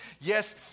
yes